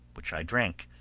which i drank,